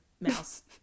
mouse